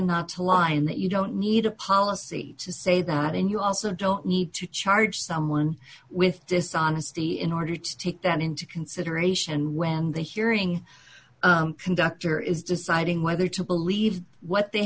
not to line that you don't need a policy to say that and you also don't need to charge someone with dishonesty in order to take that into consideration when the hearing conductor is deciding whether to believe what they